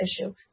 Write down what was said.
issue